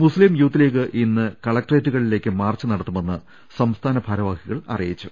മുസ്തീം യൂത്ത് ലീഗ് ഇന്ന് കലക്ട്രേറ്റുകളിലേക്ക് മാർച്ച് നടത്തു മെന്ന് സംസ്ഥാന ഭാരവാഹികൾ അറിയിച്ചു